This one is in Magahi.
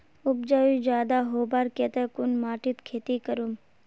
उपजाऊ ज्यादा होबार केते कुन माटित खेती करूम?